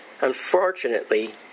Unfortunately